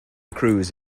cruise